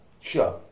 Sure